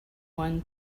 one